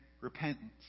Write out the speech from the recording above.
repentance